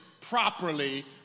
properly